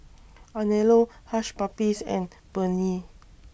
Anello Hush Puppies and Burnie